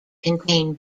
contain